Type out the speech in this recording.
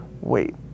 Wait